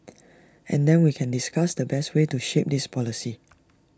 and then we can discuss the best way to shape this policy